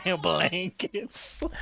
blankets